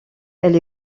elle